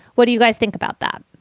what do you guys think about that?